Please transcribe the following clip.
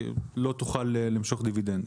לא תוכל למשוך דיבידנדים.